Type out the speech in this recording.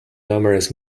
numerous